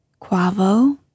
Quavo